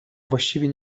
właściwie